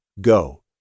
Go